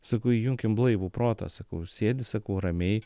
sakau įjunkim blaivų protą sakau sėdi sakau ramiai